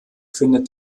findet